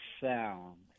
sound